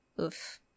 Oof